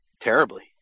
Terribly